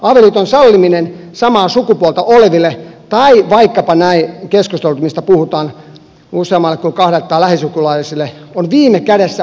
avioliiton salliminen samaa sukupuolta oleville tai vaikkapa niin kuin puhutaan keskustelussa useammalle kuin kahdelle tai lähisukulaisille on viime kädessä arvokysymys